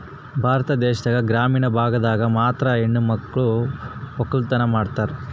ಭಾರತ ದೇಶದಾಗ ಗ್ರಾಮೀಣ ಭಾಗದಾಗ ಮಾತ್ರ ಹೆಣಮಕ್ಳು ವಕ್ಕಲತನ ಮಾಡ್ತಾರ